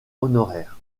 honoraire